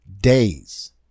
days